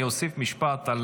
אני אוסיף משפט על